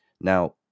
Now